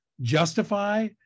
justify